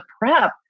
prep